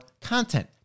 content